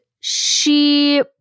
she-